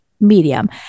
medium